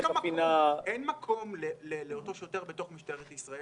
אין מקום לאותו שוטר בתוך משטרת ישראל,